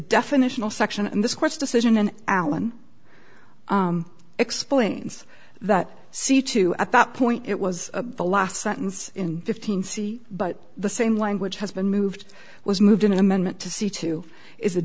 definitional section in this court's decision an allen explains that see two at that point it was the last sentence in fifteen c but the same language has been moved was moved an amendment to see to is a